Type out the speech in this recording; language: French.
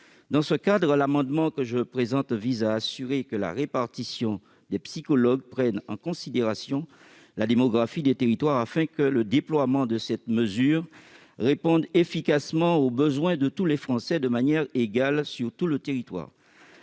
Dans ce cadre, cet amendement vise à assurer que la répartition des psychologues prenne en considération la démographie des territoires, afin que le déploiement de cette mesure réponde efficacement aux besoins de tous les Français, de manière égale, sur l'ensemble du territoire.